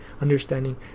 understanding